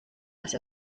was